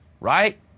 right